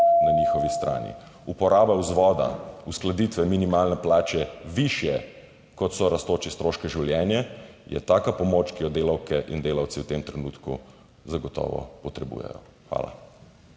na njihovi strani. Uporaba vzvoda uskladitve minimalne plače višje, kot so rastoči stroški življenja, je taka pomoč, ki jo delavke in delavci v tem trenutku zagotovo potrebujejo. Hvala.